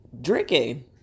drinking